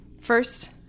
First